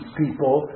people